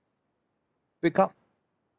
wake up